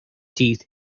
teeth